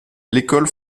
l’école